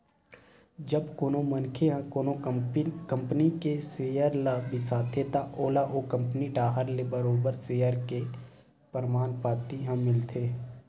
जब कोनो मनखे ह कोनो कंपनी के सेयर ल बिसाथे त ओला ओ कंपनी डाहर ले बरोबर सेयर के परमान पाती ह मिलथे